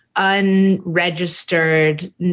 unregistered